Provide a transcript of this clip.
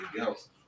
else